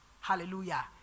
Hallelujah